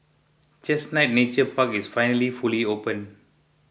Chestnut Nature Park is finally fully open